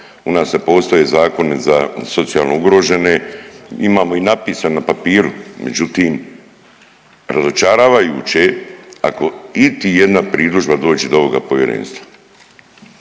u nas ne postoje zakoni za socijalno ugrožene, imamo i napisano na papiru, međutim razočaravajuće da ako iti jedna priružba dođe do ovoga povjerenstva.